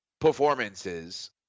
performances